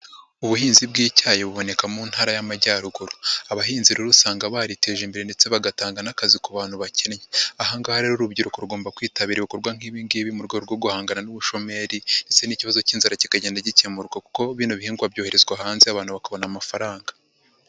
Ubuhinzi bw'icyayi buboneka mu ntara y'amajyaruguru abahinzi rero usanga bariteje imbere ndetse bagatanga n'akazi ku bantu bakennye, ahangaha rero urubyiruko rugomba kwitabira ibikorwa nk'ibingibi mu rwego rwo guhangana n'ubushomeri ndetse n'ikibazo cy'inzara kikagenda gikemurwa kuko bino bihingwa byoherezwa hanze abantu bakabona amafaranga.